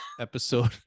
episode